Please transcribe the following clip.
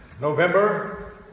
November